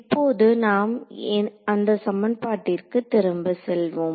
இப்போது நாம் அந்த சமன்பாட்டிற்கு திரும்ப செல்வோம்